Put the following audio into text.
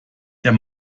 der